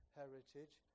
heritage